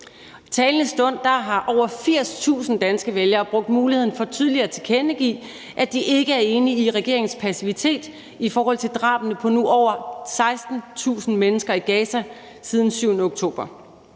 I talende stund har over 80.000 danske vælgere brugt muligheden for tydeligt at tilkendegive, at de ikke er enige i regeringens passivitet i forhold til drabene på nu over 16.000 mennesker i Gaza siden den 7. oktober,